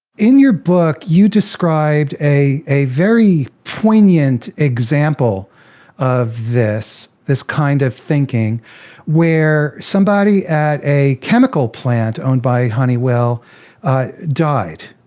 in your book, you described a very poignant example of this, this kind of thinking where somebody at a chemical plant owned by honeywell died.